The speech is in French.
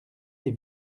des